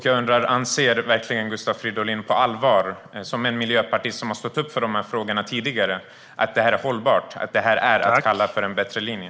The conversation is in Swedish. Jag undrar: Anser verkligen Gustav Fridolin, som en miljöpartist som har stått upp för de här frågorna tidigare, på allvar att detta är hållbart? Är det något som man kan kalla för en bättre linje?